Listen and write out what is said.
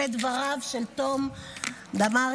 אלה דבריו של תם דמארי,